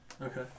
Okay